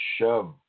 shove